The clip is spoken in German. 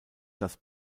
das